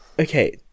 Okay